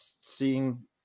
seeing